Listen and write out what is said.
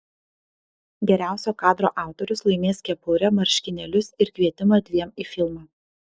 geriausio kadro autorius laimės kepurę marškinėlius ir kvietimą dviem į filmą